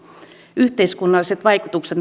yhteiskunnalliset vaikutukset